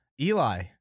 Eli